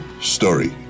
story